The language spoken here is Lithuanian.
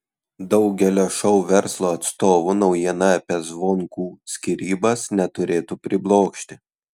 daugelio šou verslo atstovų naujiena apie zvonkų skyrybas neturėtų priblokšti